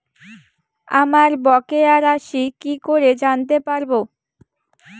আমার বকেয়া রাশি কি করে জানতে পারবো?